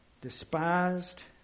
Despised